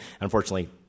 Unfortunately